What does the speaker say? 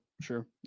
sure